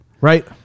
Right